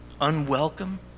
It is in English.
unwelcome